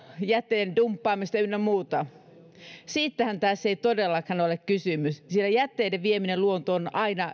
jätteen dumppaamista luontoon ynnä muuta siitähän tässä ei todellakaan ole kysymys sillä jätteiden vieminen luontoon on aina